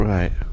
Right